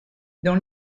dans